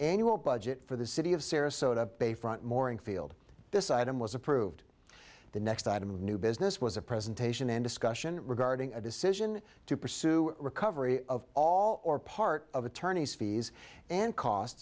annual budget for the city of sarasota bayfront moring field this item was approved the next item of new business was a presentation and discussion regarding a decision to pursue recovery of all or part of attorneys fees and costs